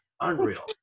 Unreal